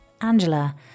ANGELA